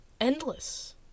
Endless